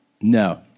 No